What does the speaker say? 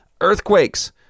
earthquakes